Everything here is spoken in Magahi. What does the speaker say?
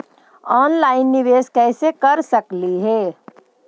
ऑनलाइन निबेस कैसे कर सकली हे?